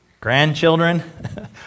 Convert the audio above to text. grandchildren